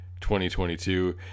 2022